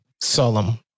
solemn